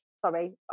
Sorry